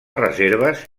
reserves